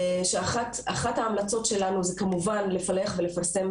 אחת ההמלצות שלנו זה כמובן לפלח ולפרסם